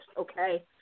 okay